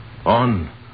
On